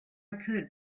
could